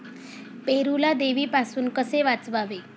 पेरूला देवीपासून कसे वाचवावे?